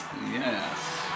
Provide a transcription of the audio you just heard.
Yes